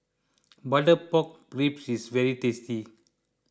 Butter Pork Ribs is very tasty